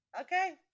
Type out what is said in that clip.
Okay